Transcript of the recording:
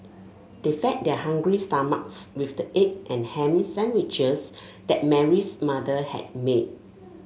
they fed their hungry stomachs with the egg and ham sandwiches that Mary's mother had made